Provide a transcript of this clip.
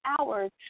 hours